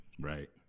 Right